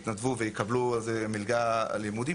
שיתנדבו ויקבלו על זה מלגת לימודים,